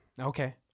Okay